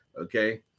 okay